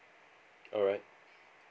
alright